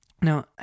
Now